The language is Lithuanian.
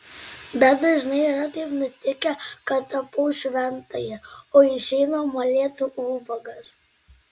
bet dažnai yra taip nutikę kad tapau šventąjį o išeina molėtų ubagas